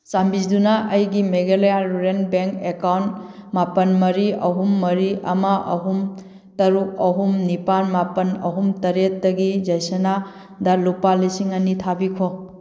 ꯆꯥꯟꯕꯤꯗꯨꯅ ꯑꯩꯒꯤ Meghalaya rural bank account ꯃꯥꯄꯜ ꯃꯔꯤ ꯑꯍꯨꯝ ꯃꯔꯤ ꯑꯃ ꯑꯍꯨꯝ ꯇꯔꯨꯛ ꯑꯍꯨꯝ ꯅꯤꯄꯥꯜ ꯃꯥꯄꯜ ꯑꯍꯨꯝ ꯇꯔꯦꯠꯇꯒꯤ ꯌꯥꯏꯁꯅꯥꯗ ꯂꯨꯄꯥ ꯂꯤꯁꯤꯡ ꯑꯅꯤ ꯊꯥꯕꯤꯈꯣ